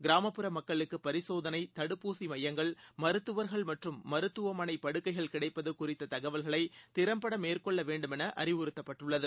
கிராமப்புற மக்களுக்கு பரிசோதனை தடுப்பூசி மையங்கள் மருத்துவர்கள் மற்றும் மருத்துவமனை படுக்கைகள் கிடைப்பது குறித்த தகவல்களை திறம்பட மேற்கொள்ள வேண்டும் என்று அறிவுறுத்தப்பட்டுள்ளது